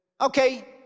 okay